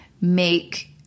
make